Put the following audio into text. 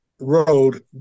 road